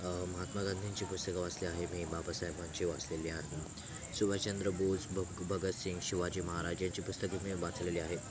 महात्मा गांधींची पुस्तकं वाचली आहे मी बाबासाहेबांची वाचलेली आहेत सुभाषचंद्र बोस भग भगतसिंग शिवाजी महाराज यांची पुस्तके मी वाचलेली आहेत